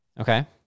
Okay